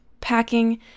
packing